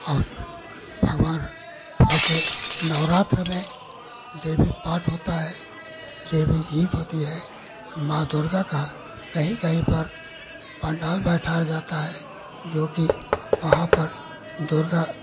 और भगवान वैसे नवरात्र में देवी पाठ होता है देवी हीत होती है माँ दुर्गा का कहीं कहीं पर पण्डाल बैठाया जाता है जोकि वहाँ पर दुर्गा